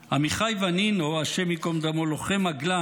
עמיחי ונינו, השם ייקום דמו, לוחם מגלן,